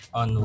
on